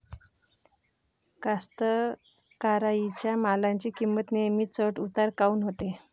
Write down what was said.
कास्तकाराइच्या मालाची किंमत नेहमी चढ उतार काऊन होते?